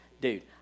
dude